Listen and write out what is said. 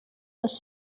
les